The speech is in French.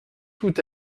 tout